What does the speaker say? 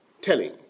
telling